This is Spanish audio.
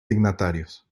dignatarios